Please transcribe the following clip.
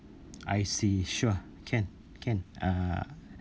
I see sure can can uh